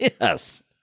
Yes